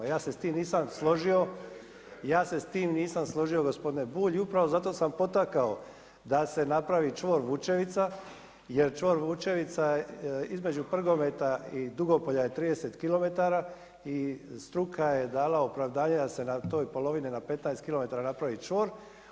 Ja se s time nisam složio… … [[Upadica se ne čuje.]] Ja se s time nisam složio gospodine Bulj i upravo zato sam potakao da se napravi čvor Vučevica jer čvor Vučevica između Prgometa i Dugopolja je 30km i struka je dala opravdanje da se na toj polovini na 15km napravi čvor.